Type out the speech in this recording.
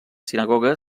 sinagoga